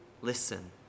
Listen